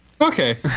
Okay